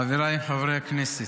חבריי חברי הכנסת,